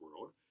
World